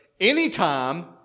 anytime